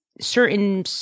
certain